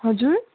हजुर